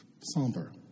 somber